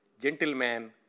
Gentleman